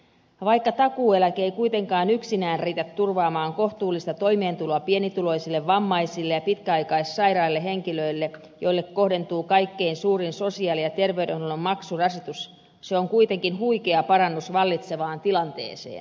vaikka takuueläke ei kuitenkaan yksinään riitä turvaamaan kohtuullista toimeentuloa pienituloisille vammaisille ja pitkäaikaissairaille henkilöille joille kohdentuu kaikkein suurin sosiaali ja terveydenhuollon maksurasitus se on kuitenkin huikea parannus vallitsevaan tilanteeseen